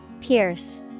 Pierce